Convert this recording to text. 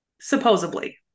supposedly